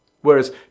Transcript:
Whereas